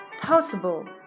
possible